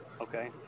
Okay